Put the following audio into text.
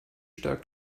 stärkt